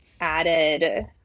added